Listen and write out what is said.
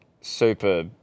super